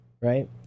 right